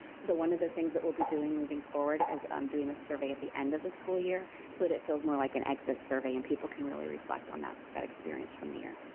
so one of the things that we'll be doing, moving forward, is um doing the survey at the end of the school year, so that it feels more like an exit survey and people can really reflect on that that experience from the year.